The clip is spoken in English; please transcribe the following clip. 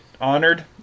honored